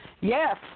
Yes